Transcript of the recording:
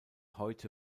heute